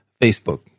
Facebook